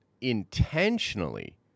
intentionally